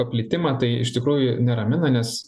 paplitimą tai iš tikrųjų neramina nes